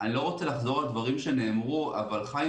אני לא רוצה לחזור על דברים שנאמרו אבל חיים